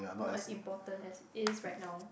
not as important as it is right now